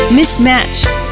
mismatched